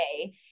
okay